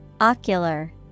Ocular